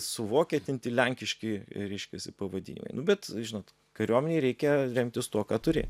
suvokietinti lenkiški reiškiasi pavadinimai nu bet žinot kariuomenei reikia remtis tuo ką turi